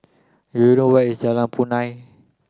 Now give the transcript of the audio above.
do you know where is Jalan Punai